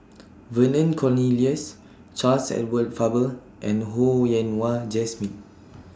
Vernon Cornelius Charles Edward Faber and Ho Yen Wah Jesmine